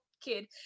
Kid